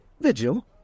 Vigil